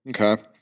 Okay